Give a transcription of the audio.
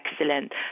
excellent